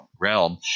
realm